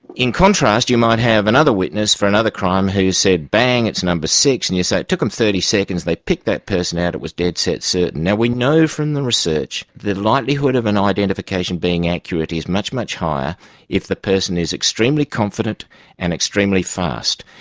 in contrast, you might have another witness for another crime who said, bang! it's number six, and you say, it took them thirty seconds, they picked that person out, it was dead-set certain. so now we know from the research the likelihood of an identification being accurate is much, much higher if the person is extremely confident and extremely fast.